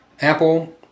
Apple